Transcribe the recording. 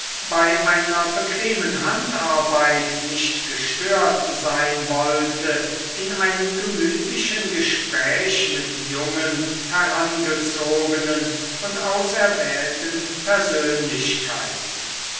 bei einer bequemen handarbeit nicht gestört sein wollte in einem gemütlichen gespräch mit jungen herangezogenen und auserwählten persönlichkeiten